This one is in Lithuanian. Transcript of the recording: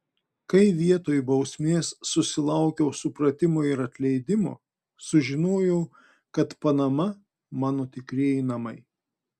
kai vietoj bausmės susilaukiau supratimo ir atleidimo sužinojau kad panama mano tikrieji namai